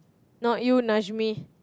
not you Najmi